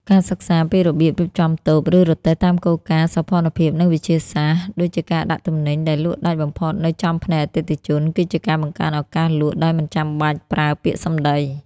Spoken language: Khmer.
ការសិក្សាពីរបៀបរៀបចំតូប ឬរទេះតាមគោលការណ៍សោភ័ណភាព និងវិទ្យាសាស្ត្រ (ដូចជាការដាក់ទំនិញដែលលក់ដាច់បំផុតនៅចំភ្នែកអតិថិជន) គឺជាការបង្កើនឱកាសលក់ដោយមិនចាំបាច់ប្រើពាក្យសម្ដី។